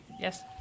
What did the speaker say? yes